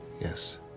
Yes